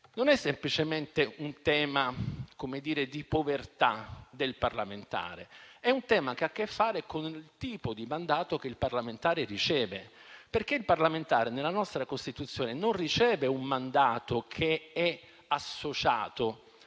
Non è semplicemente un tema di povertà del parlamentare, ma è un tema che ha a che fare con il tipo di mandato che il parlamentare riceve perché il parlamentare nella nostra Costituzione non riceve un mandato che è associato